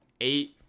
eight